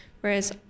Whereas